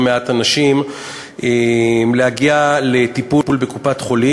מעט אנשים להגיע לטיפול בקופת-חולים,